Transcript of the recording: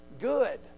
good